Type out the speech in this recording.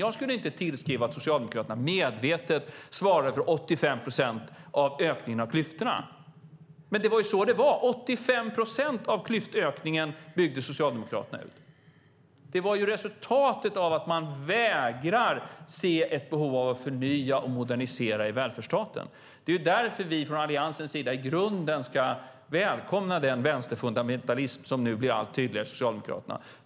Jag skulle inte tillskriva Socialdemokraterna att de medvetet svarar för 85 procent av ökningen av klyftorna. Men det var så att 85 procent av ökningen av klyftorna byggde Socialdemokraterna upp. Det är resultatet av att man vägrar att se ett behov av att förnya och modernisera i välfärdsstaten. Det är därför vi från Alliansens sida i grunden ska välkomna den vänsterfundamentalism som blir allt tydligare från Socialdemokraterna.